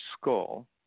skull